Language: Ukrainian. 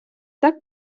так